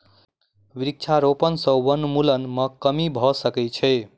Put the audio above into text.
वृक्षारोपण सॅ वनोन्मूलन मे कमी भ सकै छै